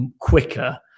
quicker